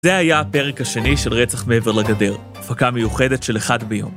זה היה הפרק השני של רצח מעבר לגדר, הפקה מיוחדת של אחד ביום.